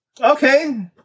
okay